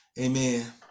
amen